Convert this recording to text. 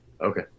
Okay